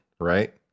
right